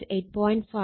5 8